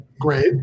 Great